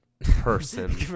person